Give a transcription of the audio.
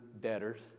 debtors